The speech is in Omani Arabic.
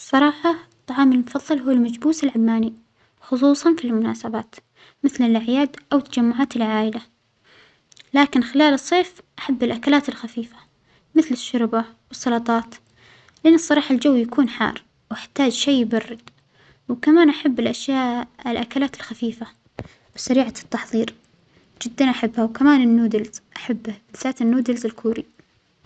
صراحة طعامى المفضل هو المجبوس العماني خصوصا في المناسبات مثل الأعياد أو تجمعات العائلة، لكن خلال الصيف أحب الأكلات الخفيفة مثل الشوربة و السلطات، لأن الصراحة الجو يكون حار وأحتاج شيء يبرد، وكمان أحب الأسياء الأكلات الخفيفة وسريعة التحضير جدا أحبها وكمان النودلز أحبها بالذات النودلز الكورى.